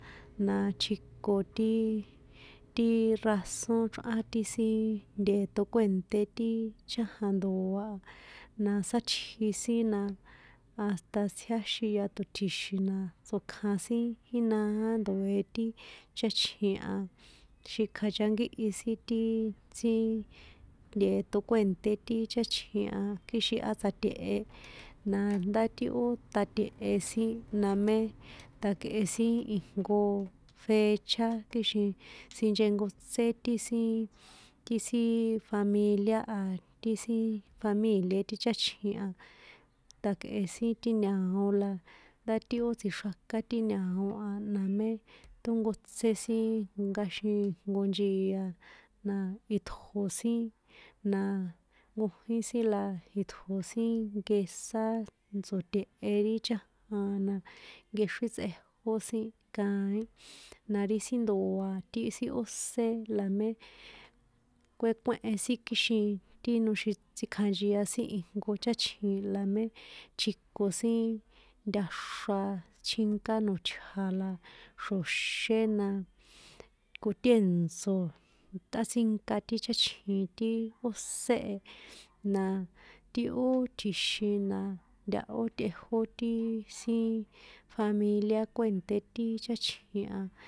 Na tjiko ti, ti razón chrꞌán ti sin nte̱to kuènṭé ti chájan ndoa a, na sátji sin na, hasta tsjiáxin yatotji̱xin na tsokjan sin inaá ndoe ti cháchjin a, xikjanchankíhi sin ti sin, nte̱to kuènṭé ti cháchjin a kixin á tsjate̱he na nda ti ó tate̱he sin namé tjakꞌe sin ijnko fecha kixin tsinchenkotsé ti sin, ti siiiin familia a, ti sin, famílié ti cháchjin a, takꞌe sin ti ñao̱ la ndá ti ó tsixraká ti ñao a namé tónkotsé sin nkaxee nko nchia na itjo sin na, nkojín la itjo sin nkesá tsoṭe̱he ri chájan na nkexrín tsꞌejó sin kaín, na ri sin ndoa ti sin óse la mé kuékuéhe sin kixin, ti noxin tsikjanchia sin ijnko cháchjin la mé tjiko sin ntaxra tjinká noṭja̱ la xro̱xé na kotèntso̱ tꞌatsinka ti cháchjin ti ósé e, na ti ó tjixin na ntahó tꞌejó ti sin familia kuènté ti cháchjin a.